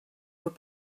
were